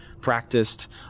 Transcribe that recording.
practiced